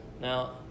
Now